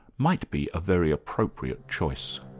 might be a very appropriate choice.